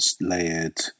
layered